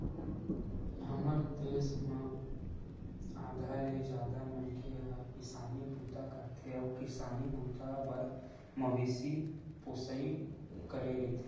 हमर देस म आधा ले जादा मनखे ह किसानी बूता करथे अउ किसानी बूता बर मवेशी पोसई करे रहिथे